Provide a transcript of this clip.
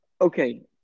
okay